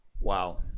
Wow